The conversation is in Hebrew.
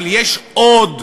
אבל יש עוד,